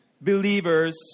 believers